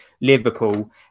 Liverpool